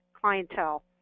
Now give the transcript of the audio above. clientele